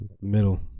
Middle